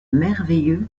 merveilleux